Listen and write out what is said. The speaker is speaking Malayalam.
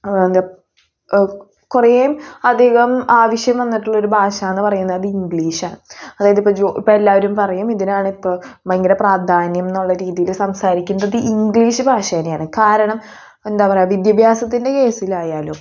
കുറേ അധികം ആവശ്യം വന്നിട്ടുള്ളൊരു ഭാഷയെന്ന് പറയുന്നത് ഇംഗ്ലീഷാണ് അതായത് ഇപ്പോൾ ജോ ഇപ്പം എല്ലാവരും പറയും എന്തിനാണിപ്പം ഭയങ്കര പ്രാധാന്യമെന്നുള്ള രീതിയിൽ സംസാരിക്കുന്നത് ഇംഗ്ലീഷ് ഭാഷേനെയാണ് കാരണം എന്താ പറയുക വിദ്യാഭ്യാസത്തിൻ്റെ കേസിലായാലും